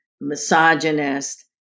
misogynist